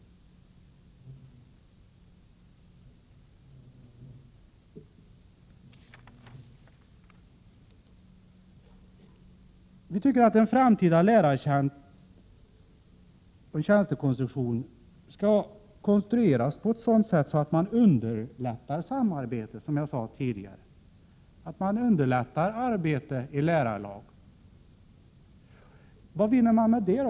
Vi tycker att den framtida lärartjänstkonstruktionen skall utformas på ett sådant sätt att man, som jag sade tidigare, underlättar samarbete, att man underlättar arbete i lärarlag. Vad vinner man med det?